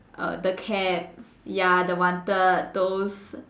err the cab ya the wanted those